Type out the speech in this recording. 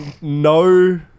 No